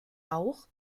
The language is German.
auch